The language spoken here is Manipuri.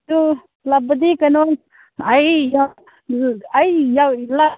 ꯑꯗꯨ ꯂꯥꯛꯄꯗꯤ ꯀꯩꯅꯣ ꯑꯩ